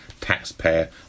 taxpayer